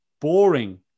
boring